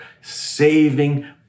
saving